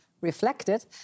reflected